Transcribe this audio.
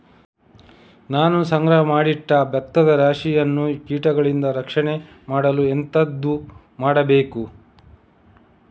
ನಾನು ಸಂಗ್ರಹ ಮಾಡಿ ಇಟ್ಟ ಭತ್ತದ ರಾಶಿಯನ್ನು ಕೀಟಗಳಿಂದ ರಕ್ಷಣೆ ಮಾಡಲು ಎಂತದು ಮಾಡಬೇಕು?